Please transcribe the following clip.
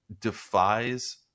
defies